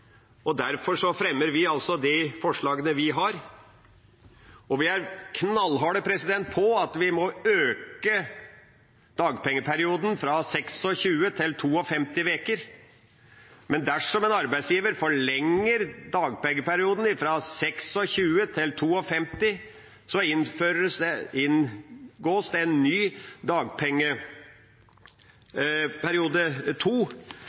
og vi er knallharde på at vi må øke dagpengeperioden fra 26 til 52 uker, men dersom en arbeidsgiver forlenger dagpengeperioden fra 26 til 52 uker, inngås det en ny arbeidsgiverperiode med fem dager, som arbeidsgiver må betale, slik at det ligger en